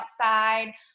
outside